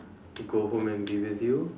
go home and be with you